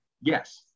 yes